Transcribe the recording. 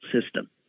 system